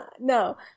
No